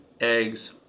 eggs